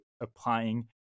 applying